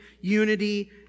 unity